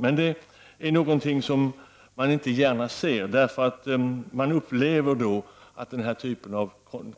Men det vill man inte gärna se, eftersom man anser att denna typ av